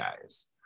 guys